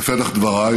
בפתח דבריי